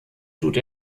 tut